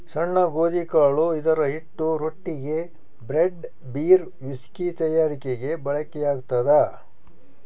ಸಣ್ಣ ಗೋಧಿಕಾಳು ಇದರಹಿಟ್ಟು ರೊಟ್ಟಿಗೆ, ಬ್ರೆಡ್, ಬೀರ್, ವಿಸ್ಕಿ ತಯಾರಿಕೆಗೆ ಬಳಕೆಯಾಗ್ತದ